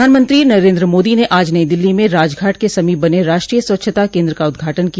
प्रधानमंत्री नरेन्द्र मोदी ने आज नई दिल्ली में राजघाट के समीप बने राष्ट्रीय स्वच्छता केन्द्र का उद्घाटन किया